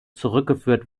zurückgeführt